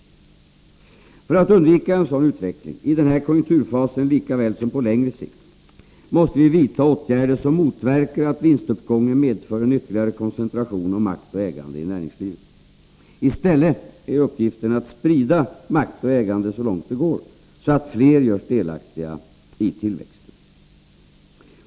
Allmänpolitisk För att undvika en sådan utveckling, i den här konjunkturfasen lika väl — debatt som på längre sikt, måste vi vidta åtgärder som motverkar att vinstuppgången medför en ytterligare koncentration av makt och ägande i näringslivet. I stället är uppgiften att sprida makt och ägande så långt det går, så att fler görs delaktiga i tillväxten.